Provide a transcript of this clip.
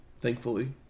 thankfully